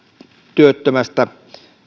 työttömästä